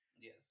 Yes